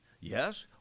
Yes